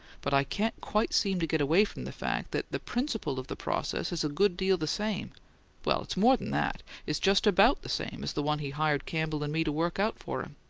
but i can't quite seem to get away from the fact that the principle of the process is a good deal the same well, it's more'n that it's just about the same as the one he hired campbell and me to work out for him.